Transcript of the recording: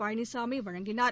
பழனிசாமி வழங்கினார்